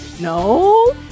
No